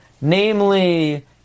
namely